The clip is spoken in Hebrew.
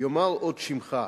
יאמר עוד שמך,